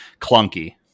clunky